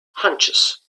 hunches